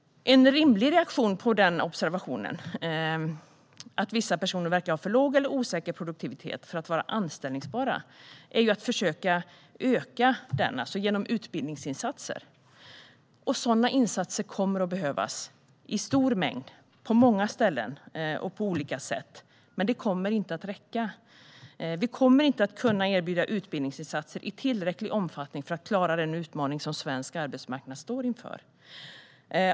En rimlig reaktion på den observationen, att vissa personer verkar ha för låg eller osäker produktivitet för att vara anställbara, är att försöka förändra det genom utbildningsinsatser. Sådana insatser kommer att behövas i stor mängd, på många ställen och på olika sätt. Men det kommer inte att räcka. Vi kommer inte att kunna erbjuda utbildningsinsatser i tillräcklig omfattning för att klara den utmaning som svensk arbetsmarknad står inför.